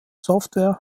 software